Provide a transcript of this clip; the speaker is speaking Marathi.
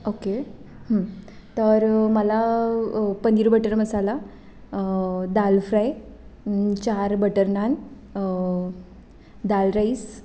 ओके तर मला पनीर बटर मसाला दाल फ्राय चार बटर नान दाल राईस